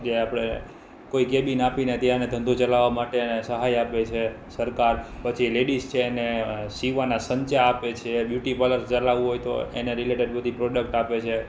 જે આપણે કોઈ કેબિન આપીને ત્યાં એને ધંધો ચલાવવા માટે એને સહાય આપે છે સરકાર પછી લેડિસ છે એને સીવવાના સંચા આપે છે બ્યુટી પાલર ચલાવવું હોય તો એને રિલેટેડ બધી પ્રોડક્ટ આપે છે